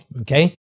okay